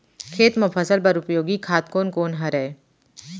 खेत म फसल बर उपयोगी खाद कोन कोन हरय?